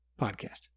podcast